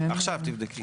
עכשיו תבדקי.